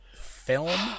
film